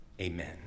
amen